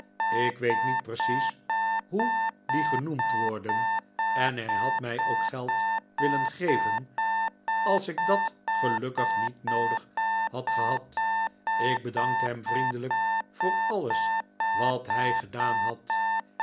ik weet niet precies hoe die genoemd worden en hij had mij ook geld willen geven als ik dat gelukkig niet noodig had gehad ik bedankte hem vriendelijk voor alles wat hij gedaan had